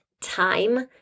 time